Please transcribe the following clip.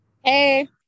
Hey